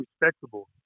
respectable